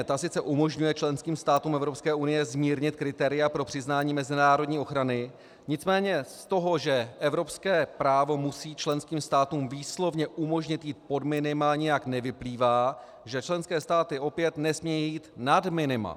Ta sice umožňuje členským státům Evropské unie zmírnit kritéria pro přiznání mezinárodní ochrany, nicméně z toho, že evropské právo musí členským státům výslovně umožnit jít pod minima, nijak nevyplývá, že členské státy opět nesmějí jít nad minima.